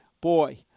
boy